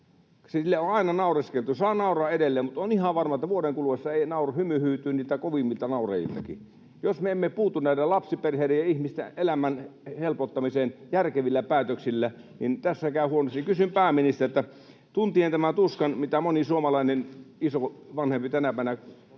sille on aina naureskeltu — saa nauraa edelleen — mutta olen ihan varma, että vuoden kuluessa hymy hyytyy kovimmiltakin naurajilta. Jos me emme puutu lapsiperheiden ja näiden ihmisten elämän helpottamiseen järkevillä päätöksillä, niin tässä käy huonosti. Kysyn pääministeriltä, tuntien tämän tuskan, mitä moni suomalainen isovanhempi tänäpänä